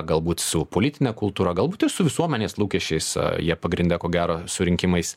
galbūt su politine kultūra galbūt ir su visuomenės lūkesčiais jie pagrinde ko gero su rinkimais